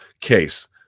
case